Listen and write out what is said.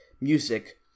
music